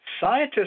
scientists